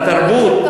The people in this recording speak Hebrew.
תרבות,